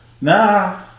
Nah